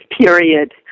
period